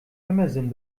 amazon